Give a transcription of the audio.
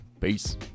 Peace